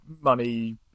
money